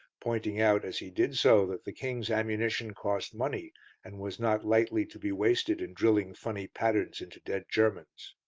pointing out as he did so that the king's ammunition cost money and was not lightly to be wasted in drilling funny patterns into dead germans.